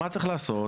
מה צריך לעשות?